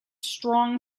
strong